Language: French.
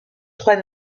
trois